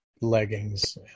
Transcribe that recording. leggings